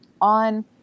on